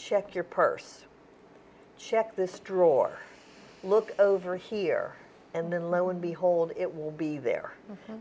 check your purse check this drawer look over here and then lo and behold it will be there